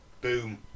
boom